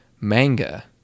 manga